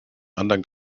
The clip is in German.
anderen